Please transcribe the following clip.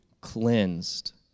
cleansed